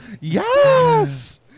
Yes